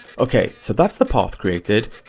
okay, so that's the path created.